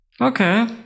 okay